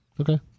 Okay